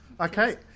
Okay